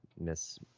Miss